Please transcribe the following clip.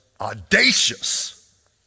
audacious